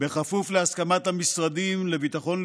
בכפוף להסכמת המשרדים לביטחון לאומי,